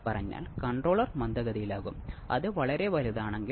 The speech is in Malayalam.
ബാർഖൌസെൻ ക്രൈറ്റീരിയൻ ഇവിടെ പാലിച്ചിരിക്കുന്നു